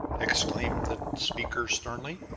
exclaimed the speaker sternly.